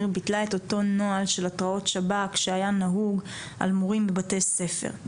ביטלה את אותו נוהל של התראות שב"כ שהיה נהוג על מורים בבתי ספר.